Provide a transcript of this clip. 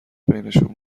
بینشون